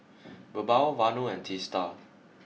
Birbal Vanu and Teesta